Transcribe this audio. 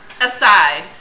aside